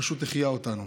פשוט החיה אותנו.